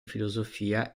filosofia